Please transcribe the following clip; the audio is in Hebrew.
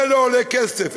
זה לא עולה כסף,